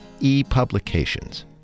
epublications